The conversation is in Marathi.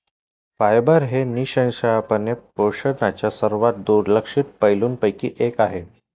फायबर हे निःसंशयपणे पोषणाच्या सर्वात दुर्लक्षित पैलूंपैकी एक आहे